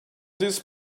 these